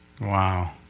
Wow